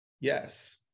Yes